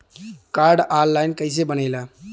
Card online कइसे बनेला?